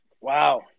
Wow